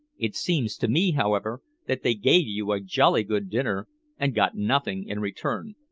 it seems to me, however, that they gave you a jolly good dinner and got nothing in return.